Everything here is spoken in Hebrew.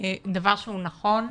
דבר שהוא נכון,